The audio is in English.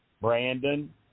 Brandon